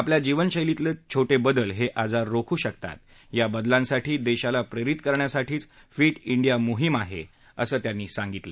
आपल्या जीवनशैलीतील छोटे बदल हे आजार रोखू शकतात या बदलांसाठी देशाला प्रेरित करण्यासाठीच फिट इंडिया मोहीम आहे असं त्यांनी सांगितलं